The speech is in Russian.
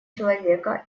человека